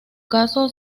caso